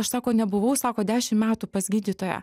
aš sako nebuvau sako dešim metų pas gydytoją